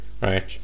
right